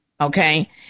Okay